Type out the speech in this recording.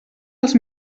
els